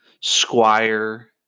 squire